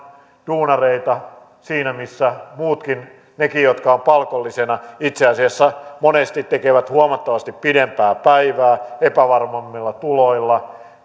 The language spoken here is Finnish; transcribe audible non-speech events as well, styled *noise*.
duunareita siinä missä muutkin nekin jotka ovat palkollisina itse asiassa monesti tekevät huomattavasti pidempää päivää epävarmemmilla tuloilla *unintelligible*